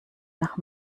nach